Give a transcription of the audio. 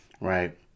right